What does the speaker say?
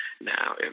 Now